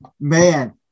man